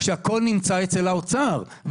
כשהכול נמצא אצל האוצר,